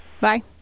Bye